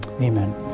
Amen